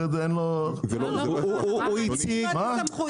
אחרת אין לו --- אנחנו ניתן לו את הסמכויות.